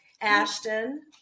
ashton